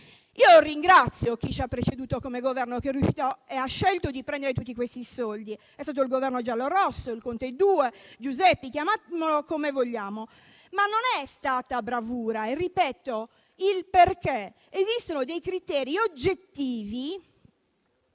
ringrazio chi ci ha preceduto come Governo che è riuscito e ha scelto di prendere tutti questi soldi. È stato il Governo giallorosso, il Conte 2, "Giuseppi", chiamiamolo come vogliamo, ma non è stata bravura, perché esistono dei criteri oggettivi